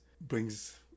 brings